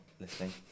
listening